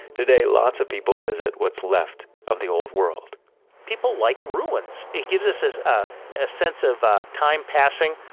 today, lots of people visit what's left of the old world people like ruins. it gives us this ah ah sense of time passing,